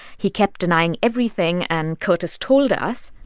he kept denying everything. and curtis told us.